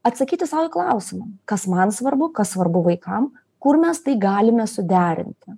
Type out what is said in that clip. atsakyti sau į klausimą kas man svarbu kas svarbu vaikam kur mes tai galime suderinti